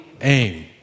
aim